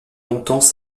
longtemps